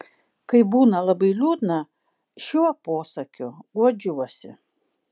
kai būna labai liūdna šiuo posakiu guodžiuosi